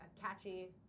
catchy